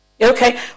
Okay